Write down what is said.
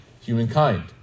humankind